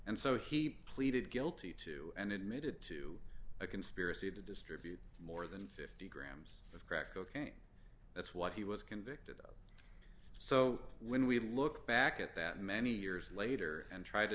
and so he pleaded guilty to and admitted to a conspiracy to distribute more than fifty grams of crack cocaine that's what he was convicted of so when we look back at that many years later and tr